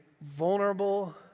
vulnerable